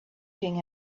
king